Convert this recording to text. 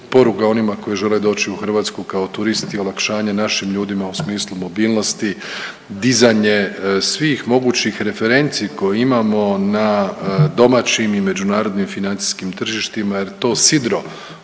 onima koji žele doći u Hrvatsku kao turisti, olakšanje našim ljudima u smislu mobilnosti, dizanje svih mogućih referenci koje imamo na domaćim i međunarodnim financijskim tržištima jer to sidro,